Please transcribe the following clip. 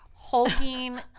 Hulking